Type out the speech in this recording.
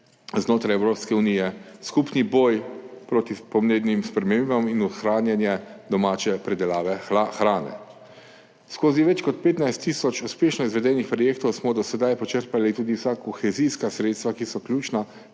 znotraj Evropske unije, skupnega boja proti podnebnim spremembam in ohranjanja domače pridelave hrane. Skozi več kot 15 tisoč uspešno izvedenih projektov smo do sedaj počrpali tudi vsa kohezijska sredstva, ki so ključna